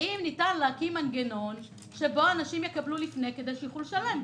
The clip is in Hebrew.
האם ניתן להקים מנגנון שאנשים יקבלו לפני כדי שיוכלו לשלם,